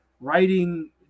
writing